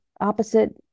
opposite